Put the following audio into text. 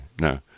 no